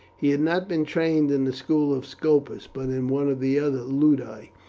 he had not been trained in the school of scopus but in one of the other ludi,